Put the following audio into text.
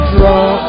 Draw